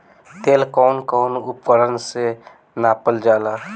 तेल कउन कउन उपकरण से नापल जाला?